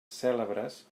cèlebres